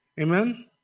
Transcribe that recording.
Amen